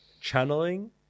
channeling